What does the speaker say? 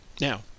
Now